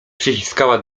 przyciska